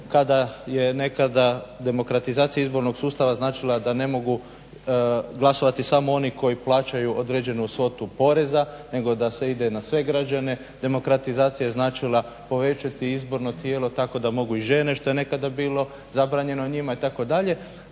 kada je nekada demokratizacija izbornog sustava značila da ne mogu glasovati samo oni koji plaćaju određenu svotu poreza nego da se ide na sve građane, demokratizacija je značila povećati izborno tijelo tako da mogu i žene što je nekada bilo zabranjeno. Ovim zakonom ne